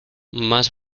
más